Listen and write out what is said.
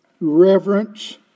reverence